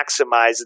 maximize